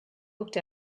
looked